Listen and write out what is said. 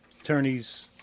attorneys